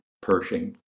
Pershing